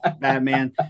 Batman